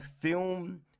film